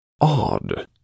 odd